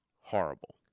horrible